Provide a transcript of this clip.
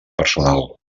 personal